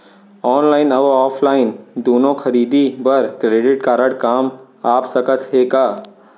Online अऊ offline दूनो खरीदी बर क्रेडिट कारड काम आप सकत हे का?